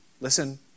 listen